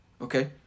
okay